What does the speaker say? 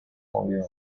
movió